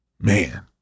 man